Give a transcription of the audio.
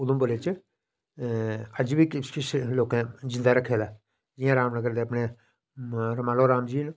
उधमपुरे च अज्ज बी किश किश लोकें जिंदा रक्खे दा ऐ जि'यां रामनगर दे अपने रमालोराम जी न